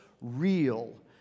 real